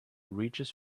reaches